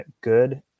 good